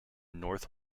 north